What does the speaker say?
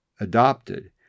adopted